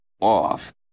off